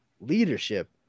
leadership